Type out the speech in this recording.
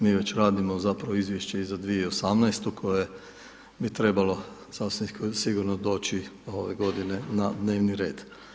Mi već radimo zapravo Izvješće i za 2018. koje bi trebalo sasvim sigurno doći ove godine na dnevni red.